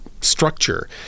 structure